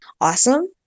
awesome